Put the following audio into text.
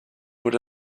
would